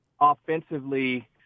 offensively